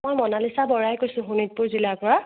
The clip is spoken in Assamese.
মই মনালিছা বৰাই কৈছোঁ শোণিতপুৰ জিলাৰ পৰা